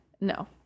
no